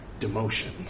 demotion